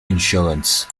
insurance